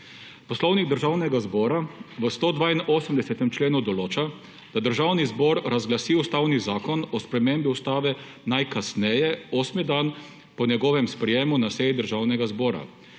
Poslovnik Državnega zbora v 182. členu določa, da Državni zbor razglasi Ustavni zakon o spremembi ustave najkasneje osmi dan po njegovem sprejetju na seji Državnega zbora.